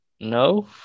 No